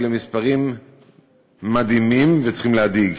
אלה מספרים מדהימים, והם צריכים להדאיג.